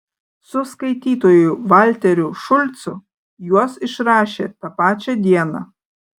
su skaitytoju valteriu šulcu juos išrašė tą pačią dieną